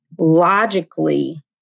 logically